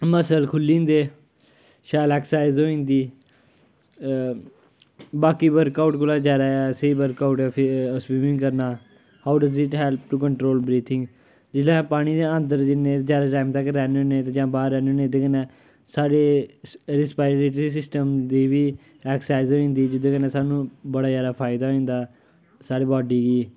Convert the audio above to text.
muscle खु'ल्ली जंदे शैल ऐक्सरसाइज होई जंदी बाकी बर्क आउट कोला जादा स्हेई बर्क आउट स्विमिंग करना how does it help control breathing जिसलै अस पानी दे अन्दर जिन्ने जादा टाइम तक रैह्ने ते एह्दे कन्नै साढ़े रैस्पारेट्री सिस्टम दी बी ऐक्सरसाइज होई जंदी जेह्दे कन्नै सानूं बड़ा जादा फायदा होई जंदा साढ़ी बाड्डी गी